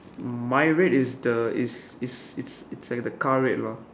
my red is the is is is it's like the car red lah